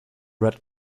red